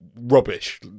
rubbish